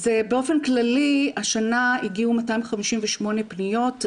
באופן כללי השנה הגיעו 258 פניות.